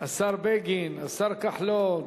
השר בגין, השר כחלון,